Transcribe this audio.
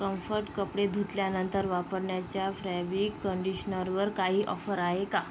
comfort कपडे धुतल्यानंतर वापरण्याच्या फ्रॅबिक कंडिशनरवर काही ऑफर आहे का